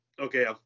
okay